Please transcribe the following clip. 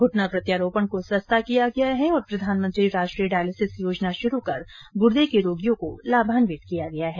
घूटना प्रत्यारोपण को संस्ता किया गया है और प्रधानमंत्री राष्ट्रीय डायलिसिस योजना शुरू कर गुर्दे के रोगियों को लाभन्वित किया गया है